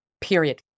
period